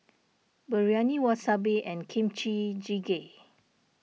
Biryani Wasabi and Kimchi Jjigae